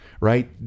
Right